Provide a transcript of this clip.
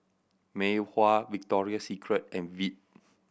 Mei Hua Victoria Secret and Veet